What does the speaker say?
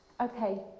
okay